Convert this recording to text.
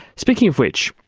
speaking of which,